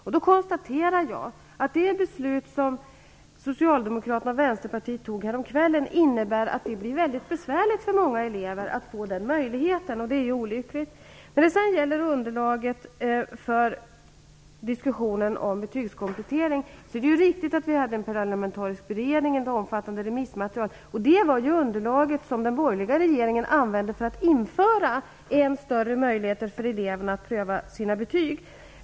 Jag konstaterar då att det beslut som Socialdemokraterna och Vänsterpartiet fattade häromkvällen innebär att det blir väldigt besvärligt för många elever att få den möjligheten, och det är olyckligt. När det sedan gäller underlaget för diskussionen om betygskomplettering är det riktigt att vi hade en parlamentarisk beredning och ett omfattande remissmaterial. Det var ju det underlag som den borgerliga regeringen använde för att införa än större möjligheter för eleverna att pröva sina betyg.